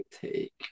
take